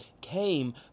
came